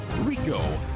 RICO